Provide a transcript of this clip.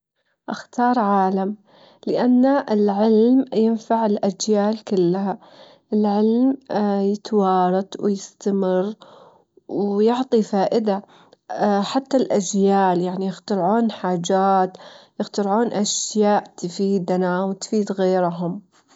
عشان أسوي كوب تشاي، أحط الماي في الغلاية، لمان يغلي أصبه في كوب، وأضيف له كيس التشاي، وأخليه ينجع تلات خمس دجايج حسب الجوة اللي تبينها، بعدين ضيفين السكر إذا تحبين أو الحليب.